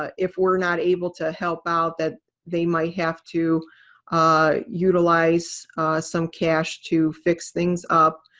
ah if we're not able to help out that they might have to utilize some cash to fix things up.